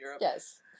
Yes